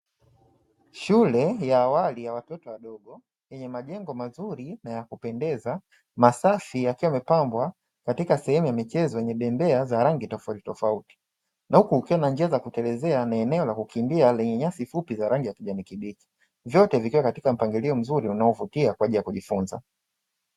Shule ya awali ya watoto wadogo yenye majengo mazuri na yakupendeza masafi yakiwa wamepambwa katika sehemu ya michezo yenye bembea za rangi tofautitofauti, na huku kukiwa na njia za kutelezea na eneo la kukimbia lenye nyasi fupi la rangi ya kijani kibichi, vyote vikiwa kwenye mpangilio mzuri unaovutia kwa ajili ya kujifunza.